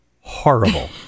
horrible